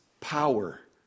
power